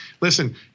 Listen